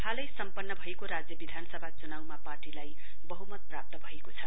हालै सम्पन्न भएको राज्य विधानसभा चुनाउमा पार्टीलाई वहुमत प्राप्त भएको छ